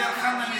מדיר חנא,